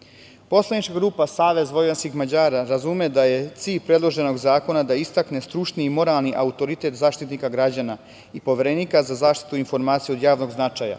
zakona. Poslanička grupa SVM razume da je cilj predloženog zakona da istakne stručni i moralni autoritet Zaštitnika građana i Poverenika za zaštitu informacija od javnog značaja